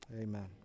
Amen